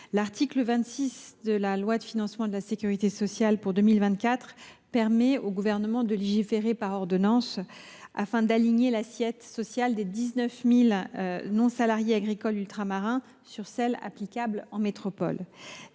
L’article 26 de la loi de financement de la sécurité sociale pour 2024 permet au Gouvernement de légiférer par ordonnance, afin d’aligner l’assiette sociale des 19 000 non salariés agricoles ultramarins sur celle qui est en vigueur en métropole.